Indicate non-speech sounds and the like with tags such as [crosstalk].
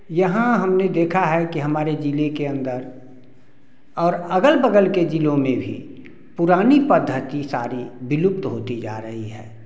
यहाँ हमने देखा है कि हमारे ज़िले के अन्दर और अग़ल बग़ल के ज़िलों में भी पुरानी [unintelligible] सारी विलुप्त होती जा रही है